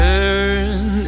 Turn